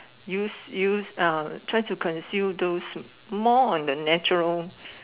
use use uh try to consume those more on the natural